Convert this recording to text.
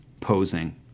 posing